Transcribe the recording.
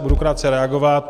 Budu krátce reagovat.